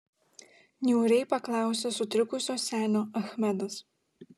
niūriai paklausė sutrikusio senio achmedas